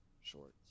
shorts